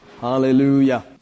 Hallelujah